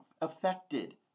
affected